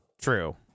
True